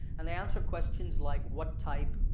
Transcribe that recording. and they answer questions like what type?